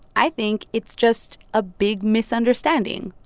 i think it's just a big misunderstanding,